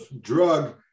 drug